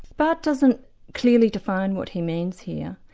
but doesn't clearly define what he means here.